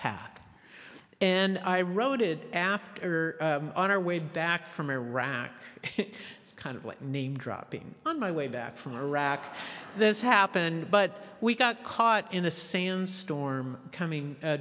path and i wrote it after on our way back from iraq kind of late namedropping on my way back from iraq this happened but we got caught in a sandstorm coming